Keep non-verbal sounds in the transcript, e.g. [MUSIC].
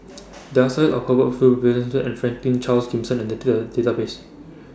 There Are stories about Hubert Hill [UNINTELLIGIBLE] and Franklin Charles Gimson in The Data Database